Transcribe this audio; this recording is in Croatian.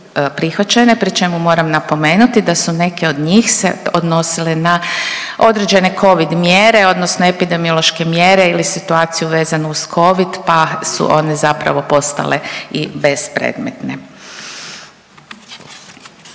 prihvaćene pri čemu moram napomenuti da su neke od njih se odnosile na određene covid mjere odnosno epidemiološke mjere ili situaciju vezanu uz covid pa su one zapravo postale i bespredmetne.